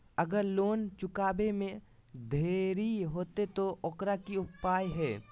अगर लोन चुकावे में देरी होते तो ओकर की उपाय है?